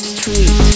Street